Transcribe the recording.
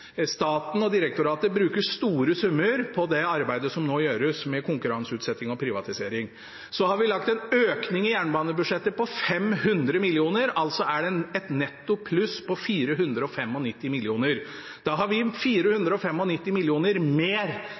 Staten og direktoratet bruker store summer på det arbeidet som nå gjøres med konkurranseutsetting og privatisering. Så har vi lagt inn en økning i jernbanebudsjettet på 500 mill. kr. Altså er det et netto pluss på 495 mill. kr. Da har vi 495 mill. kr mer